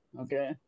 Okay